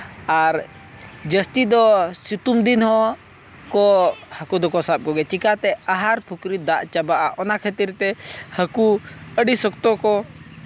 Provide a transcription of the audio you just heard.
ᱟᱨ ᱡᱟᱹᱥᱛᱤ ᱫᱚ ᱥᱤᱛᱩᱝ ᱫᱤᱱ ᱦᱚᱸ ᱠᱚ ᱦᱟᱹᱠᱩ ᱫᱚᱠᱚ ᱥᱟᱵ ᱠᱚᱜᱮᱭᱟ ᱪᱤᱠᱟᱹᱛᱮ ᱟᱦᱟᱨ ᱯᱩᱠᱷᱨᱤ ᱫᱟᱜ ᱪᱟᱵᱟᱜᱼᱟ ᱚᱱᱟ ᱠᱷᱟᱹᱛᱤᱨ ᱛᱮ ᱦᱟᱹᱠᱩ ᱟᱹᱰᱤ ᱥᱚᱠᱛᱚ ᱠᱚ